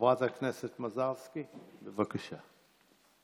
חברת הכנסת מזרסקי, בבקשה.